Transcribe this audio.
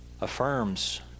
affirms